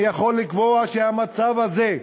אני יכול לקבוע שהמצב הזה,